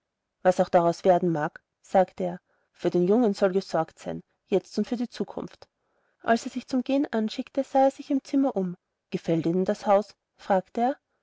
was auch daraus werden mag sagte er für den jungen soll gesorgt sein jetzt und für die zukunft als er sich zum gehen anschickte sah er sich im zimmer um gefällt ihnen das haus fragte er